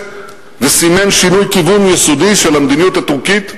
וסימן שינוי כיוון יסודי של המדיניות הטורקית,